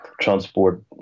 transport